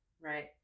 right